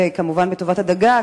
וכמובן בטובת הדגה,